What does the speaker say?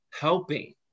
helping